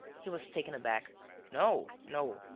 he was taken aback no. no.